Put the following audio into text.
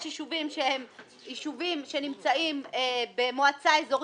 יש יישובים שנמצאים במועצה אזורית,